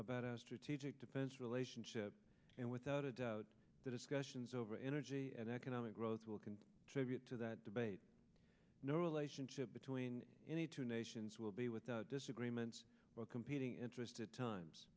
about the strategic defense relationship and without a doubt the discussions over energy and economic growth will contain tribute to that debate no relationship between any two nations will be without disagreements or competing interests at times